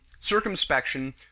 circumspection